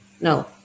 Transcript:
no